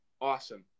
Awesome